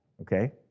okay